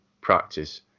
practice